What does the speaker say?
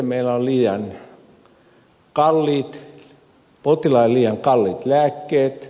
potilailla on liian kalliit lääkkeet